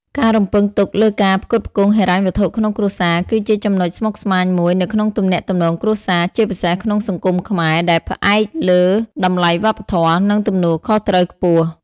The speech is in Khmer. ការរំពឹងទុកលើការផ្គត់ផ្គង់ហិរញ្ញវត្ថុក្នុងគ្រួសារ គឺជាចំណុចស្មុគស្មាញមួយនៅក្នុងទំនាក់ទំនងគ្រួសារ ជាពិសេសក្នុងសង្គមខ្មែរ ដែលផ្អែកលើតម្លៃវប្បធម៌ និងទំនួលខុសត្រូវខ្ពស់។